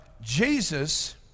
Jesus